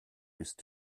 ist